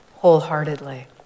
wholeheartedly